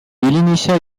initia